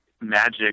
magic